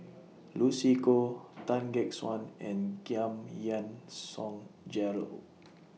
Lucy Koh Tan Gek Suan and Giam Yean Song Gerald